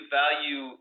value